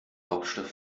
hauptstadt